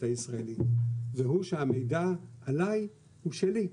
הישראלית והוא שהמידע עליי הוא שלי.